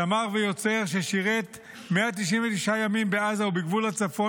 זמר ויוצר ששירת 199 ימים בעזה ובגבול הצפון